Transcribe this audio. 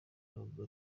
numva